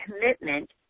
commitment